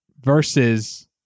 versus